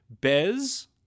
Bez